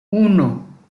uno